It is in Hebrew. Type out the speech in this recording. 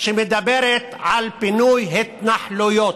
שמדברת על פינוי התנחלויות.